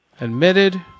admitted